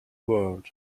world